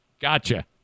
Gotcha